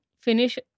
finish